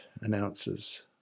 announces